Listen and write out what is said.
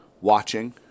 watching